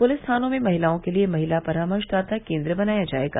police थानों में महिलाओं के लिए महिला परामर्शदाता केन्द्र बनाया जायेगा